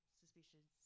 suspicious